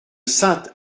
sainte